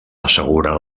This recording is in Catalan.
asseguren